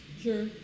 Sure